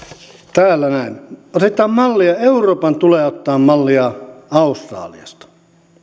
täällä näin otetaan mallia euroopan tulee ottaa mallia australiasta